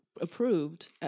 approved